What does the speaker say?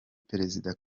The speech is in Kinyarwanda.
perezida